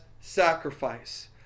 sacrifice